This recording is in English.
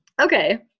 Okay